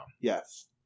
Yes